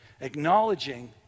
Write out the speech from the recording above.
Acknowledging